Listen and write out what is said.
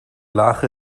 lage